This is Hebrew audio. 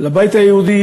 לבית היהודי.